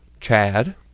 Chad